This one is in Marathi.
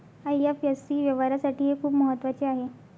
आई.एफ.एस.सी व्यवहारासाठी हे खूप महत्वाचे आहे